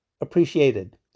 appreciated